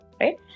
right